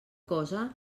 cosa